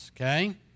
Okay